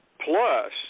Plus